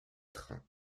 trains